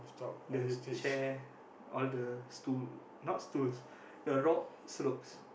the chair all the stool not stools the rock slopes